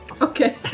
Okay